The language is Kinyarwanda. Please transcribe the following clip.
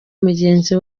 mugenzi